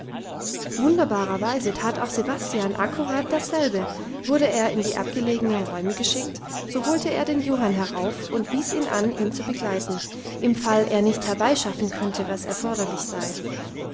wunderbarerweise tat auch sebastian akkurat dasselbe wurde er in die abgelegenen räume geschickt so holte er den johann herauf und wies ihn an ihn zu begleiten im fall er nicht herbeischaffen könnte was erforderlich sei